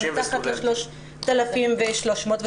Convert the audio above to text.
מתחת ל-3,300 שקל,